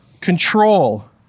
control